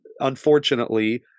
unfortunately